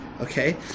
okay